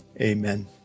amen